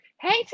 Hey